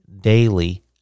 daily